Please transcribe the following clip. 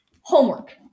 Homework